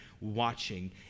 watching